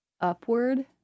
upward